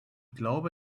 glaube